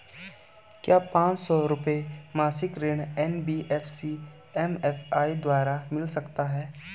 क्या पांच सौ रुपए मासिक ऋण एन.बी.एफ.सी एम.एफ.आई द्वारा मिल सकता है?